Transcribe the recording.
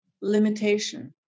limitation